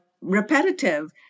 repetitive